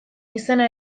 izena